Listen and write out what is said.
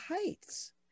heights